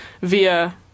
via